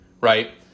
Right